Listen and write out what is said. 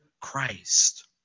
Christ